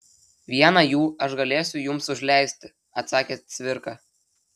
vieną jų aš galėsiu jums užleisti atsakė cvirka